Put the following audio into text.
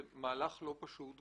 זה מהלך לא פשוט,